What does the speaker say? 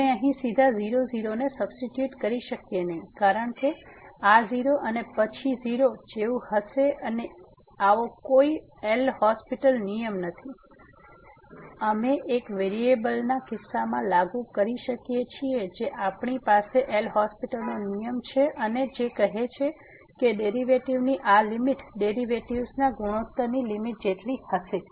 આપણે અહીં સીધા 00 ને સબસ્ટીટ્યુટ કરી શકીએ નહીં કારણ કે આ 0 અને પછી 0 જેવું હશે અને આવો કોઈ એલ'હોસ્પિટલL'hospital નિયમ નથી જ્યાં અમે એક વેરીએબલ ના કિસ્સામાં લાગુ કરી શકીએ છીએ જે આપણી પાસે એલ'હોસ્પિટલL'hospital નો નિયમ છે અને જે કહે છે કે ડેરીવેટીવ ની આ લીમીટ ડેરિવેટિવ્ઝના ગુણોત્તરની લીમીટ જેટલી હશે